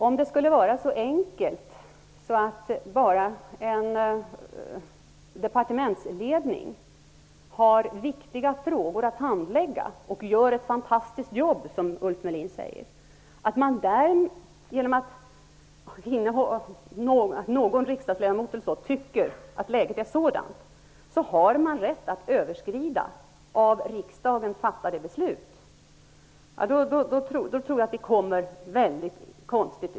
Om det skulle vara så enkelt att så snart en riksdagsledamot pekar på att en departementsledning har viktiga frågor att handlägga och gör ett fantastiskt jobb, som Ulf Melin säger, skulle man ha rätt att överskrida av riksdagen fattade beslut, då tror jag att vi hamnar mycket snett.